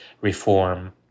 reform